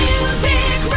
Music